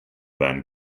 ban